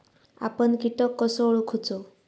आपन कीटक कसो ओळखूचो?